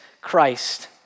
Christ